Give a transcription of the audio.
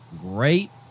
great